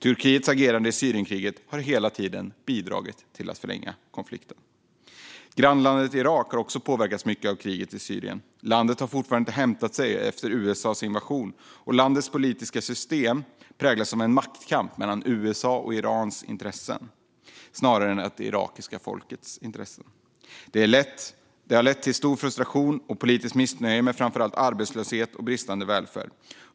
Turkiets agerande i Syrien-kriget har hela tiden bidragit till att förlänga konflikten. Grannlandet Irak har också påverkats mycket av kriget i Syrien. Landet har fortfarande inte hämtat sig efter USA:s invasion, och landets politiska system präglas av en maktkamp mellan USA:s och Irans intressen snarare än det irakiska folkets intressen. Det har lett till stor frustration och politiskt missnöje över framför allt arbetslöshet och bristande välfärd.